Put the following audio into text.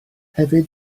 hefyd